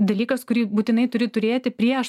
dalykas kurį būtinai turi turėti prieš